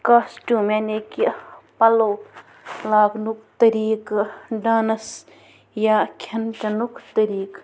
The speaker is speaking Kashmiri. کاسٹیوٗم یعنی کہِ پَلَو لاگٕنُک طریٖقہٕ ڈانَس یا کھٮ۪ن چٮ۪نُک طریٖق